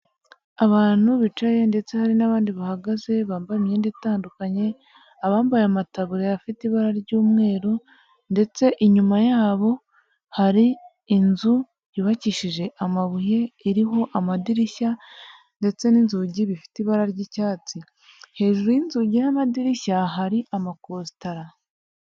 Abantu bicaye ndetse hari n'abandi bahagaze bambaye imyenda itandukanye abambaye amataburiya afite ibara ry'umweru ndetse inyuma yabo hari inzu yubakishije amabuye iriho amadirishya ndetse n'inzugi bifite ibara ry'icyatsi hejuru y'inzugi y'amadirishya hari amakositara.